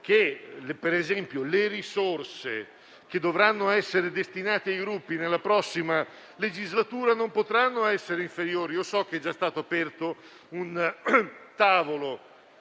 Ritengo che le risorse che dovranno essere destinate ai Gruppi nella prossima legislatura non potranno essere inferiori; so che è già stato aperto un tavolo